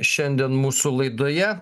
šiandien mūsų laidoje